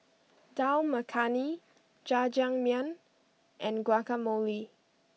Dal Makhani Jajangmyeon and Guacamole